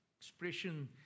expression